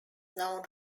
known